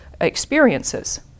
experiences